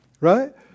Right